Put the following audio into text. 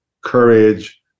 Courage